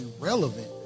irrelevant